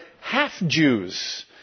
half-Jews